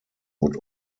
would